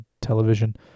television